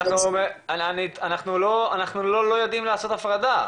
אנחנו לא לא יודעים לעשות הפרדה.